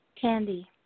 Candy